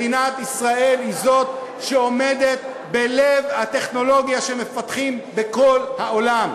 מדינת ישראל היא שעומדת בלב הטכנולוגיה שמפתחים בכל העולם.